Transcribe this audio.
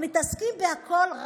מתעסקים בכול,